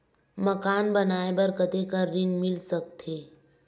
मकान बनाये बर कतेकन ऋण मिल सकथे?